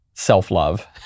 self-love